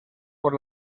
por